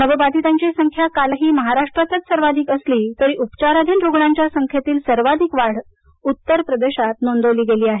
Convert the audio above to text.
नवबाधीतांची संख्या कालही महाराष्ट्रातच सर्वाधिक असली तरी उपचाराधीन रुग्णांच्या संख्येतील सर्वाधिक वाढ उत्तर प्रदेशात नोंदवली गेली आहे